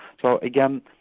so again,